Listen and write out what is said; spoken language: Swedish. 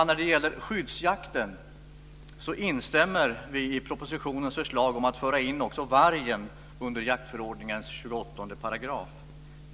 När det gäller skyddsjakten, fru talman, instämmer vi i propositionens förslag om att föra in också vargen under jaktförordningens 28 §.